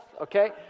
okay